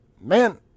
Man